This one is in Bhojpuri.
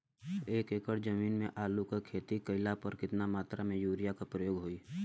एक एकड़ जमीन में आलू क खेती कइला पर कितना मात्रा में यूरिया क प्रयोग होई?